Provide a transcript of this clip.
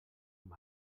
amb